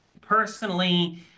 personally